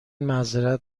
معذرت